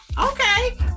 Okay